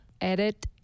edit